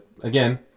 again